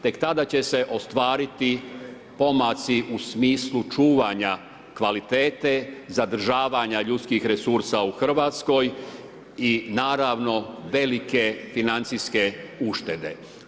Tek tada će se ostvariti pomaci u smislu čuvanja kvalitete, zadržavanja ljudskih resursa u Hrvatskoj i naravno, velike financijske uštede.